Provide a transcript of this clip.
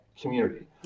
community